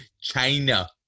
China